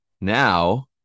now